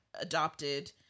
adopted